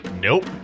Nope